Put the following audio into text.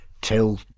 till